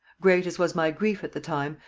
great as was my grief at the time,